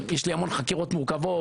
יש לי המון חקירות מורכבות,